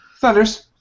Thunders